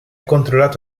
controllato